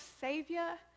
savior